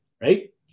right